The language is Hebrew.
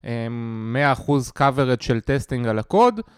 100 אחוז coverage של טסטינג על הקוד,